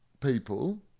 people